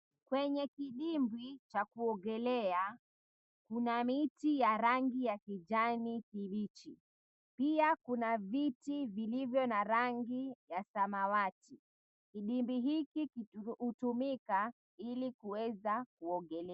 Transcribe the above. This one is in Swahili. Kwenye kidimbwi cha kuogelea kuna miti ya rangi ya kijani kibichi, pia kuna viti vilivyo na rangi ya samawati. Kidimbwi hiki hutumika ili kuweza kuogelea.